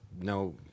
no